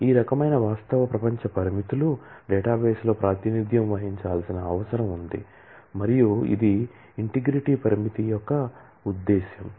ఈ రకమైన వాస్తవ ప్రపంచ పరిమితులు డేటాబేస్లో ప్రాతినిధ్యం వహించాల్సిన అవసరం ఉంది మరియు ఇది ఇంటిగ్రిటీ పరిమితి యొక్క ఉద్దేశ్యం